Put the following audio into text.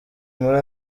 muri